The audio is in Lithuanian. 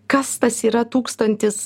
kas tas yra tūkstantis